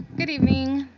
good evening.